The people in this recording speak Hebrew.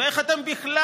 ואיך אתם בכלל,